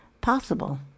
possible